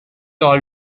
all